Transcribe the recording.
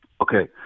Okay